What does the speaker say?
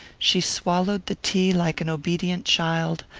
she swallowed the tea like an obedient child,